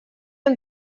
amb